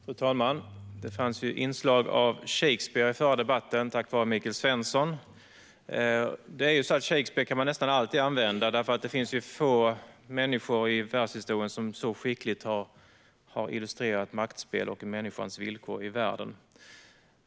Fru talman! Det fanns ju inslag av Shakespeare i den förra debatten, tack vare Michael Svensson. Shakespeare kan man nästan alltid använda, för det finns få människor i världshistorien som så skickligt har illustrerat maktspel och människans villkor i världen.